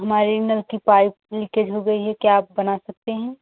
हमारी नल की पाइप लीकेज हो गई है क्या आप बना सकते हैं